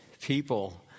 people